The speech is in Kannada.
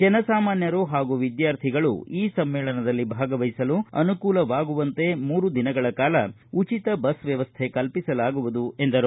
ಜನಸಾಮಾನ್ದರು ಹಾಗೊ ವಿದ್ಯಾರ್ಥಿಗಳು ಈ ಸಮ್ಮೇಳನದಲ್ಲಿ ಭಾಗವಹಿಸಲು ಅನುಕೂಲವಾಗುವಂತೆ ಮೂರು ದಿನಗಳ ಕಾಲ ಉಚಿತ ಬಸ್ ವ್ಯವಸ್ಥೆ ಕಲ್ಪಿಸಲಾಗುವುದು ಎಂದರು